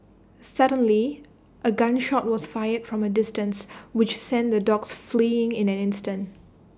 suddenly A gun shot was fired from A distance which sent the dogs fleeing in an instant